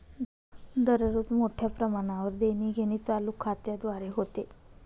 दररोज मोठ्या प्रमाणावर देणीघेणी चालू खात्याद्वारे होते